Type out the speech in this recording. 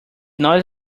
not